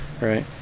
right